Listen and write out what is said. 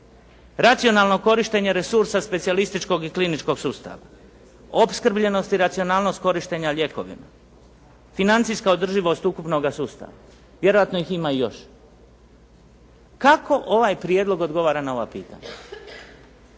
racionalno korištenje resursa specijalističkog i kliničkog sustava, opskrbljenost i racionalnost korištenja lijekovima, financijska održivost ukupnoga sustava. Vjerojatno ih ima još. Kako ovaj prijedlog odgovara na ova pitanja?